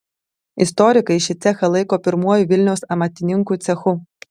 istorikai šį cechą laiko pirmuoju vilniaus amatininkų cechu